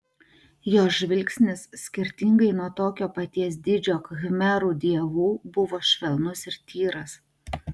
jos žvilgsnis skirtingai nuo tokio paties dydžio khmerų dievų buvo švelnus ir tyras